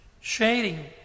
shading